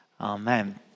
amen